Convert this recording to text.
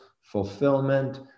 fulfillment